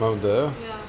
around the